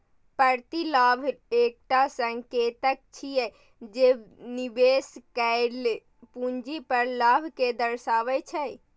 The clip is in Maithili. प्रतिलाभ एकटा संकेतक छियै, जे निवेश कैल पूंजी पर लाभ कें दर्शाबै छै